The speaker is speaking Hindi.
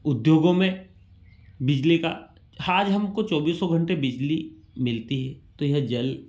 उद्योगों में बिजली का हाज हम तो चौबीसों घंटे बिजली मिलती है तो यह जल